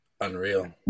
unreal